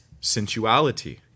sensuality